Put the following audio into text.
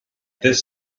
this